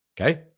Okay